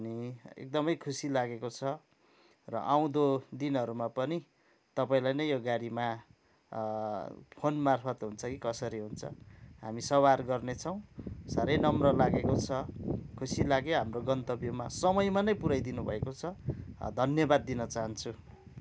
अनि एक्दमै खुसी लागेको छ र आउँदो दिनहरूमा पनि तपाईँलाई नै यो गाडीमा फोन मार्फत हुन्छ कि कसरी हुन्छ हामी सवार गर्ने छौँ साह्रै नम्र लागेको छ खुसी लाग्यो हाम्रो गन्तव्यमा समयमा नै पुऱ्याइदिनु भएको छ धन्यवाद दिन चाहन्छु